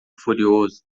furioso